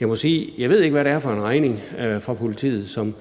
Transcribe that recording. Jeg må sige, at jeg ikke ved, hvad det er for en regning fra politiet, som